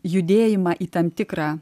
judėjimą į tam tikrą